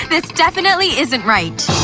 this definitely isn't right.